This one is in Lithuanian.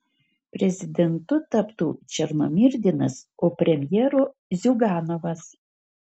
prezidentu taptų černomyrdinas o premjeru ziuganovas